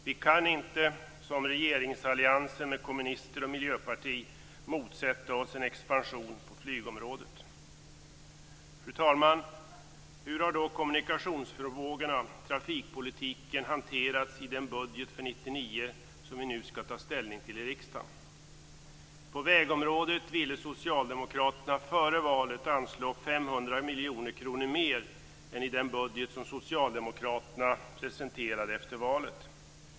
Vi kan inte som regeringsalliansen med kommunister och miljöparti motsätta oss en expansion på flygområdet. Fru talman! Hur har då kommunikationsfrågorna som vi nu skall ta ställning till i riksdagen? På vägområdet ville socialdemokraterna före valet anslå 500 miljoner kronor mer än i den budget som socialdemokraterna presenterade efter valet.